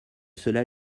cela